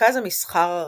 ומרכז המסחר הראשי.